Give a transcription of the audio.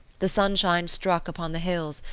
the sunshine struck upon the hills,